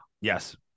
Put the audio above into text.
Yes